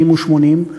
70 ו-80,